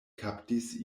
kaptis